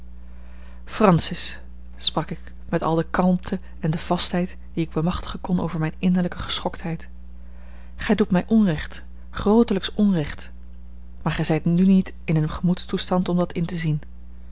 francis sprak ik met al de kalmte en de vastheid die ik bemachtigen kon over mijne innerlijke geschoktheid gij doet mij onrecht grootelijks onrecht maar gij zijt nu niet in een gemoedstoestand om dat in te zien